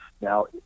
Now